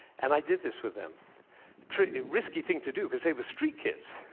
and i did this with them a risky thing to do, because they were street kids.